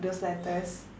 those letters